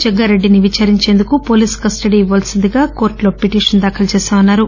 జగ్గా రెడ్డి ని విదారించేందుకు police custody కి ఇవ్వాల్సింది గా కోర్టు లో పిటీషన్ దాఖలు చేశామన్నారు